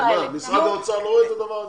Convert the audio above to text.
משרד האוצר לא רואה את הדבר הזה?